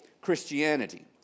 Christianity